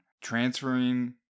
transferring